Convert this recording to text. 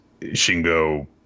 Shingo